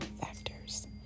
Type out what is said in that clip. factors